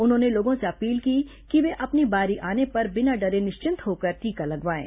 उन्होंने लोगों से अपील की कि वे अपनी बारी आने पर बिना डरे निश्चिंत होकर टीका लगवाएं